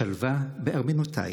שלוה בארמנותיך.